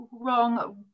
wrong